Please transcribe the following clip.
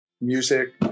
music